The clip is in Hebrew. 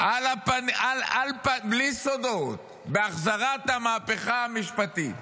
בלי סודות, בהחזרת המהפכה המשפטית.